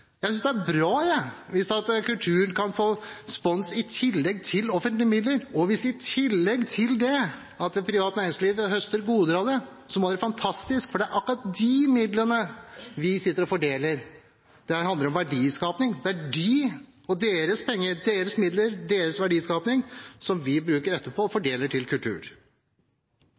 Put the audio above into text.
Jeg synes det er bra hvis kulturen kan få sponsormidler i tillegg til offentlige midler. Hvis det private næringsliv i tillegg høster goder av det, vil det være fantastisk, for det er akkurat de midlene vi sitter og fordeler. Dette handler om verdiskaping. Det er deres penger – deres midler, deres verdiskaping – som vi etterpå fordeler til kultur.